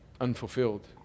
unfulfilled